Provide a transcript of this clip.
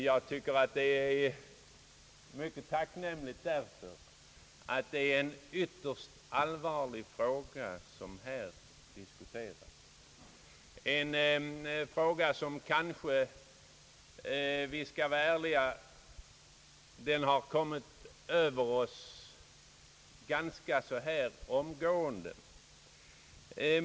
Jag tycker det är mycket tacknämligt, eftersom det är en ytterst allvarlig fråga som här diskuteras, en fråga som — om vi skall vara ärliga — har kommit över oss ganska oväntat.